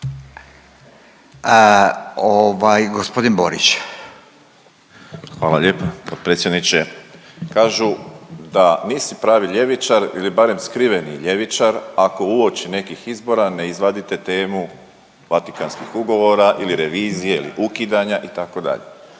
Josip (HDZ)** Hvala lijepa potpredsjedniče. Kažu da nisi pravi ljevičar ili barem skriveni ljevičar ako uoči nekih izbora ne izvadite temu Vatikanskih ugovora ili revizije ili ukidanja itd..